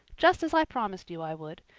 just as i promised you i would.